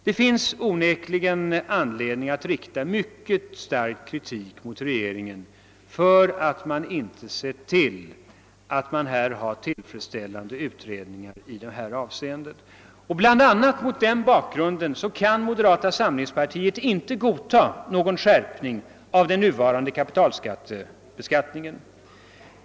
Det finns onekligen anledning att rikta mycket stark kritik mot regeringen för att den inte har sett till att tillfredsställande utredningar gjorts. Bl. a. mot den bakgrunden kan moderata samlingspartiet inte godta någon skärpning av den nuvarande kapitalbeskattningen.